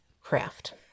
craft